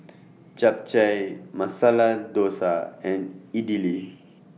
Japchae Masala Dosa and Idili